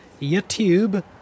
YouTube